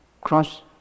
cross